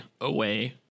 away